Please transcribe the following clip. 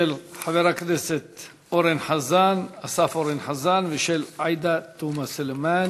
שאילתות של חברי הכנסת אסף אורן חזן ועאידה תומא סלימאן.